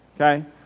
Okay